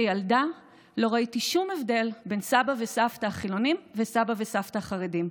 כילדה לא ראיתי שום הבדל בין סבתא וסבא החילונים לסבא וסבתא החרדים.